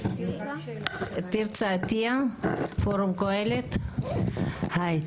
אנחנו יצרנים של קוסמטיקה, אחד מהמובילים בארץ.